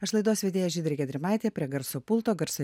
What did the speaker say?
aš laidos vedėja žydrė gedrimaitė prie garso pulto garso